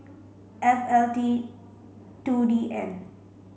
F L T two D N